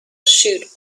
shoot